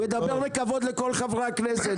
הוא ידבר בכבוד לכל חברי הכנסת.